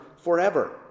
forever